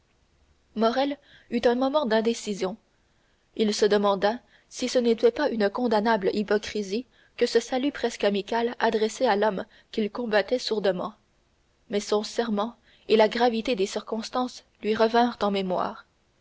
morrel eut un moment d'indécision il se demanda si ce n'était pas une condamnable hypocrisie que ce salut presque amical adressé à l'homme qu'il combattait sourdement mais son serment et la gravité des circonstances lui revinrent en mémoire